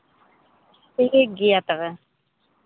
ᱴᱷᱤᱠ ᱜᱮᱭᱟ ᱛᱚᱵᱮ